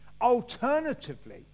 alternatively